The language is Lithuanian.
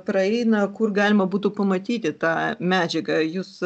praeina kur galima būtų pamatyti tą medžiagą jūs